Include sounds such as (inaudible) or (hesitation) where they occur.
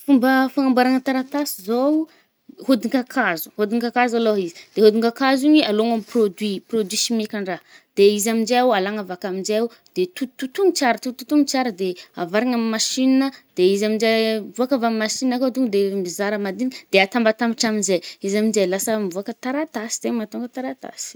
(noise) Fomba fanamboàragna taratasy zaoo hôdin-kakazo, ôdin-kakazo alôha izy. De ôdin-kakazo igny i alôgno amy produit, produit chimique-andraha. De izy aminjaio alàgna avakà aminjaio, de totototogno tsara-totototogno tsara de avarigna amy machine ah, de izy aminje (hesitation) voàka avy amy machine akà to de mizara madiniky, de atàmbatambatra amzay. De izy aminje lasa mivoàka taratasy, zaigny matônga taratasy.